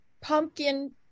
pumpkin